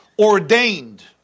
Ordained